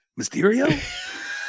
Mysterio